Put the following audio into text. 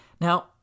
Now